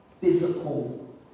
physical